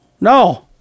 no